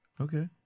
Okay